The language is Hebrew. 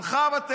כלום.